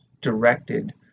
directed